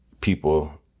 people